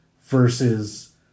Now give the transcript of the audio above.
versus